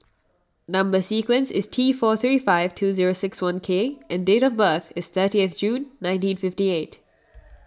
Number Sequence is T four three five two zero six one K and date of birth is thirtieth June nineteen fifty eight